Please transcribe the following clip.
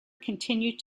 continued